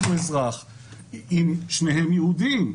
כיוון שאני מדינה יהודית,